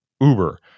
Uber